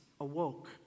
awoke